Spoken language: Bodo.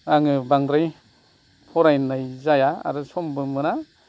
आङो बांद्राय फरायनाय जाया आरो समबो मोना